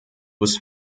was